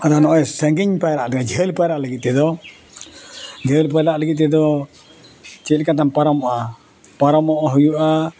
ᱟᱫᱚ ᱱᱚᱜᱼᱚᱭ ᱥᱟᱺᱜᱤᱧ ᱯᱟᱭᱨᱟᱜ ᱡᱷᱟᱹᱞ ᱯᱟᱭᱨᱟᱜ ᱞᱟᱹᱜᱤᱫ ᱛᱮᱫᱚ ᱡᱷᱟᱹᱞ ᱯᱟᱭᱨᱟᱜ ᱞᱟᱹᱜᱤᱫ ᱛᱮᱫᱚ ᱪᱮᱫ ᱞᱮᱠᱟ ᱛᱮᱢ ᱯᱟᱨᱚᱢᱚᱜᱼᱟ ᱯᱟᱨᱚᱢᱚᱜ ᱦᱩᱭᱩᱜᱼᱟ